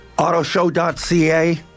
Autoshow.ca